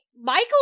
Michael